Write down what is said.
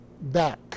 back